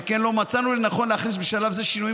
שכן לא מצאנו לנכון להכניס בשלב זה שינויים